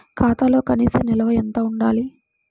ఖాతాలో కనీస నిల్వ ఎంత ఉండాలి?